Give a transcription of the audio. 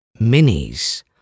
minis